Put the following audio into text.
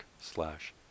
slash